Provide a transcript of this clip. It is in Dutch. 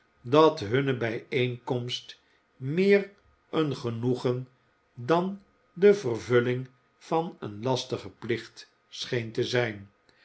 dat hunne bijeenkomst meer een genoegen dan de vervulling van een lastigen plicht scheen te zijn